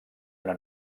una